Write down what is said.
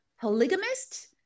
polygamist